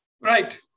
Right